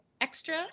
extra